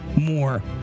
more